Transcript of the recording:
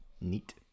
neat